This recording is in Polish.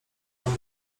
tam